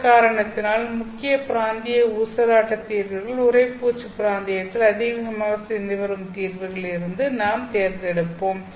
அந்த காரணத்தினால் முக்கிய பிராந்திய ஊசலாட்ட தீர்வுகளில் உறைப்பூச்சு பிராந்தியத்தில் அதிவேகமாக சிதைந்து வரும் தீர்வுகளில் இருந்து நாம் தேர்ந்தெடுப்போம்